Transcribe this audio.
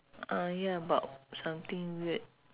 ah ya but something weird